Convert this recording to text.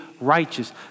righteous